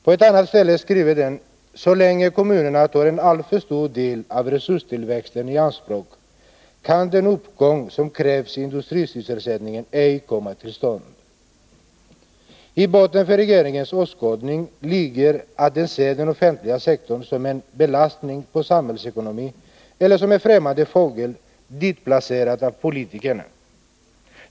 På ett annat ställe skriver den: ”Så länge kommunerna tar en alltför stor del av resurstillväxten i anspråk kan den uppgång som krävs i industrisysselsättningen ej komma till stånd.” I botten för regeringens åskådning ligger att den ser ”den offentliga sektorn” som en belastning på samhällsekonomin eller som en främmande fågel ditplacerad av ”politikerna”.